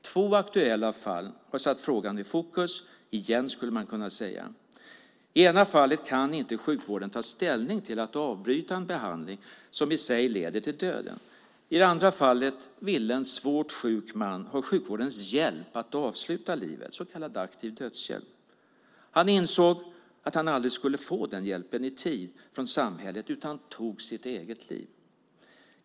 Två aktuella fall har satt frågan i fokus - igen, skulle man kunna säga. I det ena fallet kan inte sjukvården ta ställning till att avbryta en behandling vilket i sig leder till döden. I det andra fallet ville en svårt sjuk man ha sjukvårdens hjälp att avsluta livet, så kallad aktiv dödshjälp. Han insåg att han aldrig i tid skulle få den hjälpen från samhället utan tog sitt eget liv.